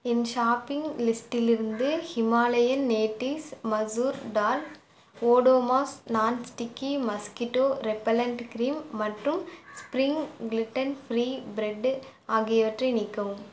என் shopping லிஸ்டிலிருந்து Himalayan natives masoor dal Odomos non sticky mosquito repellent cream மற்றும் spring gluten free bread ஆகியவற்றை நீக்கவும்